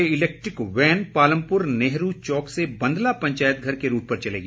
ये electric van Palampur Nehru Chowk से बंदला पंचायत घर के रूट पर चलेगी